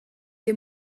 des